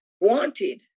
wanted